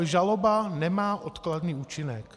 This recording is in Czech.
Žaloba nemá odkladný účinek.